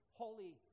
holy